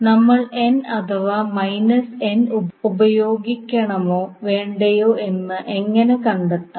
നമ്മൾ അഥവാ ഉപയോഗിക്കണമോ വേണ്ടയോ എന്ന് എങ്ങനെ കണ്ടെത്താം